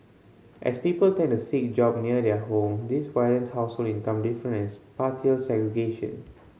as people tend to seek job near their home this widens household income difference spatial segregation